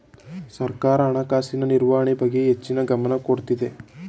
ಸರ್ಕಾರ ಹಣಕಾಸಿನ ನಿರ್ವಹಣೆ ಬಗ್ಗೆ ಹೆಚ್ಚಿನ ಗಮನ ಕೊಡುತ್ತದೆ